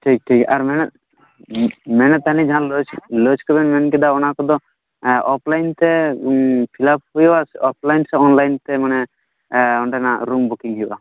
ᱴᱷᱤᱠ ᱴᱷᱤᱠ ᱟᱨ ᱢᱮᱱᱮᱫ ᱢᱮᱱᱮᱫ ᱛᱟᱦᱮᱱᱟᱞᱤᱧ ᱡᱟᱦᱟᱸ ᱞᱚᱡᱽ ᱞᱚᱡᱽ ᱠᱚᱵᱮᱱ ᱢᱮᱱᱠᱮᱫᱟ ᱚᱱᱟ ᱠᱚᱫᱚ ᱚᱯ ᱞᱟᱭᱤᱱ ᱛᱮ ᱯᱷᱤᱞᱟᱯ ᱦᱩᱭᱩᱜᱼᱟ ᱚᱯ ᱞᱟᱭᱤᱱ ᱥᱮ ᱚᱱᱞᱟᱭᱤᱱ ᱛᱮ ᱢᱟᱱᱮ ᱚᱸᱰᱮ ᱱᱟᱜ ᱨᱩᱢ ᱵᱩᱠᱤᱝ ᱦᱩᱭᱩᱜᱼᱟ